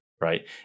right